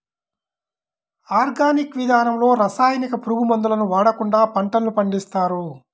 organic విధానంలో రసాయనిక, పురుగు మందులను వాడకుండా పంటలను పండిస్తారు